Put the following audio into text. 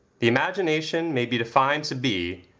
the imagination may be defined to be,